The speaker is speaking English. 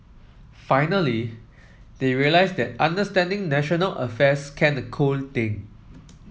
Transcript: finally they realise that understanding national affairs can a cool thing